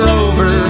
over